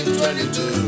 2022